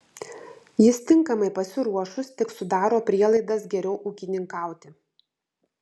jis tinkamai pasiruošus tik sudaro prielaidas geriau ūkininkauti